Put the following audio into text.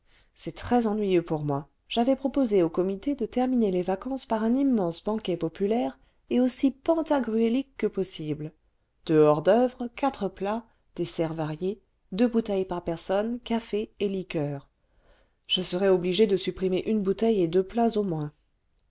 c'est très ennuyeux pour moi j'avais proposé au comité de terminer les vacances par un immense banquet populaire et aussi pantagruélique que possible deux hors-d'oeuvre quatre plats desserts variés deux bouteilles par personne cafés et liqueurs je serai obligé de supprimer une bouteille et deux plats au moins